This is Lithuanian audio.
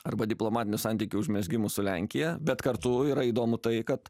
arba diplomatinių santykių užmezgimus su lenkija bet kartu yra įdomu tai kad